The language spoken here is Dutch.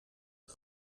een